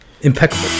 impeccable